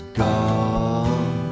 gone